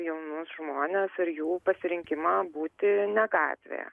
jaunus žmones ir jų pasirinkimą būti ne gatvėje